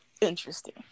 interesting